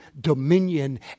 dominion